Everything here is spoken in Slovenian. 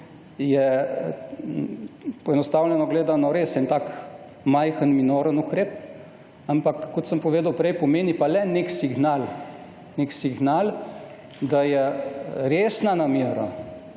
je poenostavljeno gledano res nek tak majhen, minoren ukrep, ampak, kot sem povedal prej, pomeni pa le nek signal, nek signal, da je resna namera,